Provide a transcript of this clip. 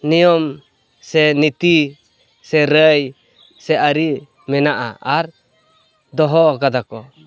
ᱱᱮᱭᱚᱢ ᱥᱮ ᱱᱤᱛᱤ ᱥᱮ ᱨᱟᱹᱭ ᱥᱮ ᱟᱹᱨᱤ ᱢᱮᱱᱟᱜᱼᱟ ᱟᱨ ᱫᱚᱦᱚᱣ ᱟᱠᱟᱫᱟᱠᱚ